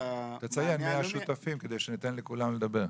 תציין מי השותפים כדי שניתן לכולם לדבר.